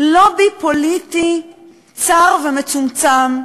לובי פוליטי צר ומצומצם,